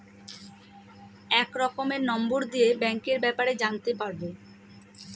এক রকমের নম্বর দিয়ে ব্যাঙ্কের ব্যাপারে জানতে পারবো